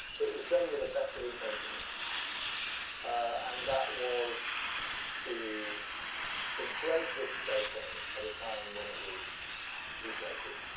it was done with the best of intentions and that was to inflate risk-taking at a time when it was deflated.